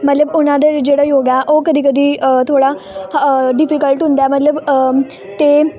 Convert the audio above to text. ਮਤਲਬ ਉਹਨਾਂ ਦੇ ਜਿਹੜਾ ਯੋਗਾ ਉਹ ਕਦੀ ਕਦੀ ਅ ਥੋੜ੍ਹਾ ਹ ਡਿਫੀਕਲਟ ਹੁੰਦਾ ਮਤਲਬ ਅਤੇ